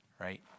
right